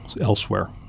elsewhere